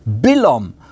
Bilom